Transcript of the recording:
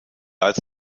als